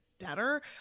better